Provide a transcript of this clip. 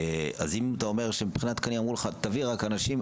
אז אם אתה אומר שמבחינת תקנים אמרו לך "תביא רק אנשים,